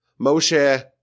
Moshe